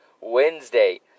Wednesday